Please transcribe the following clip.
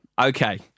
Okay